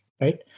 right